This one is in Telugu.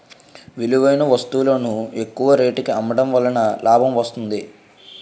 విలువైన వస్తువులను ఎక్కువ రేటుకి అమ్మడం వలన లాభం వస్తుంది